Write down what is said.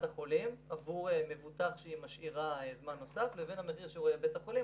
חולים עבור מבוטח שהיא משאירה זמן נוסף לבין המחיר --- בית החולים,